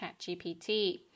ChatGPT